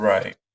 Right